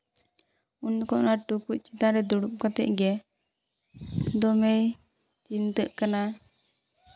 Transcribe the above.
ᱩᱱ ᱠᱷᱚᱱ ᱚᱱᱟ ᱴᱩᱠᱩᱡ ᱪᱮᱛᱟᱱ ᱨᱮ ᱫᱩᱲᱩᱵ ᱠᱟᱛᱮᱜᱮ ᱫᱚᱢᱮᱭ ᱪᱤᱱᱛᱟᱹᱜ ᱠᱟᱱᱟ